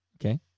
Okay